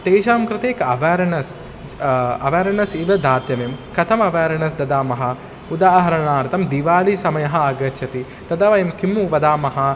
तेषां कृते क अवेरणस् अवरणस् एव दातव्यं कथम् अवरणस् ददामः उदाहरणार्थं दीवालिः समयः आगच्छति तदा वयं किं वदामः